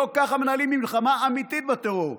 לא ככה מנהלים מלחמה אמיתית בטרור.